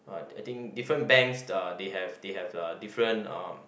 ah I think different banks the they have they have the different uh